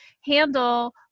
handle